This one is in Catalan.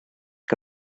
que